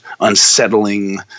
unsettling